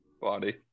body